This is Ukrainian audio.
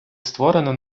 створено